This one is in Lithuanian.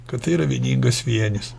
kad tai yra vieningas vienis